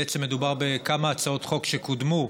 בעצם מדובר בכמה הצעות חוק שקודמו,